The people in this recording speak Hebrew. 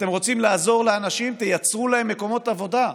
אתם רוצים לעזור לאנשים, תייצרו להם מקומות עבודה.